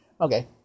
Okay